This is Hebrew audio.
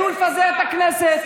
תנו לפזר את הכנסת,